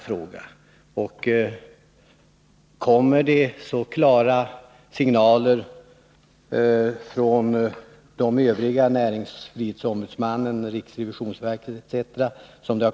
Om det kommer lika klara signaler från de övriga remissinstanserna — näringsfrihetsombudsmannen, riksrevisionsverket etc.